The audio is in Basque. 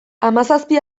hamazazpi